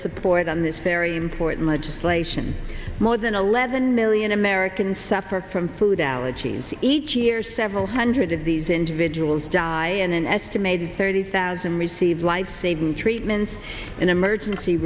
support on this very important legislation more than eleven million americans suffer from food allergies each year several hundred of these individuals die in an estimated thirty thousand received lifesaving treatment in emergency